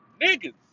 niggas